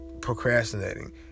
procrastinating